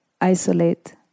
isolate